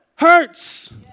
Hurts